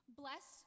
bless